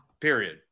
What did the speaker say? Period